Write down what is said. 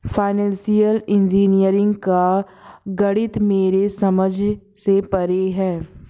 financial engineering का गणित मेरे समझ से परे है